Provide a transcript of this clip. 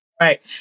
Right